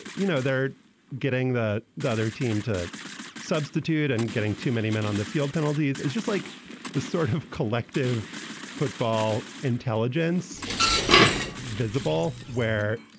you know, they're getting the the other team to substitute and getting too many men on the field penalties. it's just like the sort of collective football intelligence that's visible where,